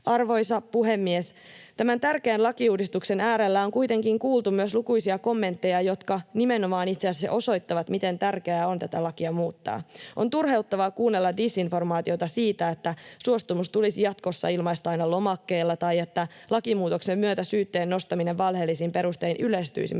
Arvoisa puhemies! Tämän tärkeän lakiuudistuksen äärellä on kuitenkin kuultu myös lukuisia kommentteja, jotka nimenomaan itse asiassa osoittavat, miten tärkeää on tätä lakia muuttaa. On turhauttavaa kuunnella disinformaatiota siitä, että suostumus tulisi jatkossa ilmaista aina lomakkeella tai että lakimuutoksen myötä syytteen nostaminen valheellisin perustein yleistyisi